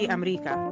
America